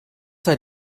sei